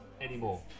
anymore